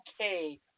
okay